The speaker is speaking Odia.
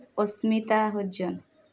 ଅସ୍ମିତା ହରିଜନ୍